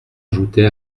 ajoutait